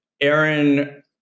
Aaron